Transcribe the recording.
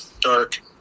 dark